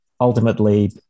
Ultimately